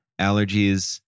allergies